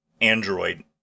Android